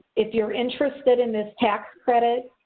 if you're interested in this tax credit,